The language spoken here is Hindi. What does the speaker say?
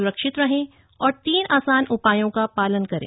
सुरक्षित रहें और तीन आसान उपायों का पालन करें